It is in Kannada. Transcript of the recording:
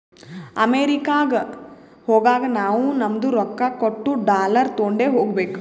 ಅಮೆರಿಕಾಗ್ ಹೋಗಾಗ ನಾವೂ ನಮ್ದು ರೊಕ್ಕಾ ಕೊಟ್ಟು ಡಾಲರ್ ತೊಂಡೆ ಹೋಗ್ಬೇಕ